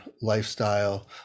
lifestyle